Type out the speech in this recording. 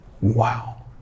Wow